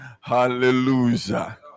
hallelujah